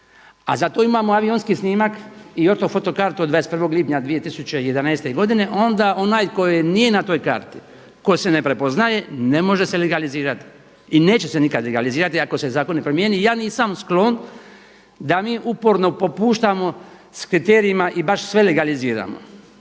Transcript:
a za to imamo avionski snimak i ortofoto kartu od 21. lipnja 2011. godine, onda onaj tko nije na toj karti tko se ne prepoznaje ne može se legalizirati i neće se nikad legalizirati ako se zakon ne promijeni. Ja nisam sklon da mi uporno popuštamo s kriterijima i baš sve legaliziramo,